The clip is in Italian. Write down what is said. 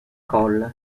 col